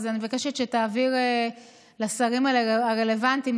אז אני מבקשת שתעביר לשרים הרלוונטיים,